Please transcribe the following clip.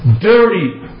dirty